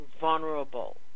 vulnerable